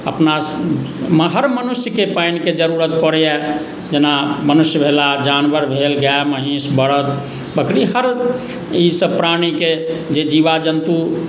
अपना अपना हर मनुष्यके पानिके जरूरत पड़ैए जेना मनुष्य भेलाह जानवर भेल गाए महीँस बरद बकरी हर ई सभ प्राणीके जे जीवा जन्तु